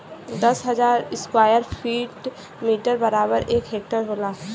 दस हजार square metre बराबर एक हेक्टेयर होला